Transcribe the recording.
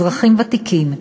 אזרחים ותיקים,